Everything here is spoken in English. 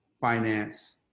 finance